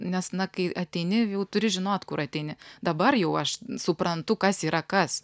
nes na kai ateini jau turi žinot kur ateini dabar jau aš suprantu kas yra kas